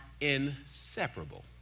inseparable